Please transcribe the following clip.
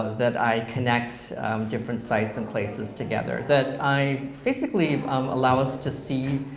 that i connect different sites and places together, that i basically um allow us to see,